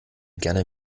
gerne